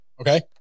Okay